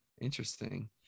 interesting